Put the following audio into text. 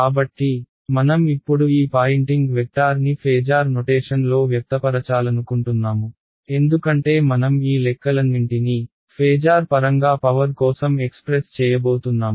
కాబట్టి మనం ఇప్పుడు ఈ పాయింటింగ్ వెక్టార్ని ఫేజార్ నొటేషన్లో వ్యక్తపరచాలనుకుంటున్నాము ఎందుకంటే మనం ఈ లెక్కలన్నింటినీ ఫేజార్ పరంగా పవర్ కోసం ఎక్స్ప్రెస్ చేయబోతున్నాము